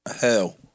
Hell